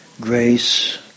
grace